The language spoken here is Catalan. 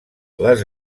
les